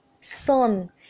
son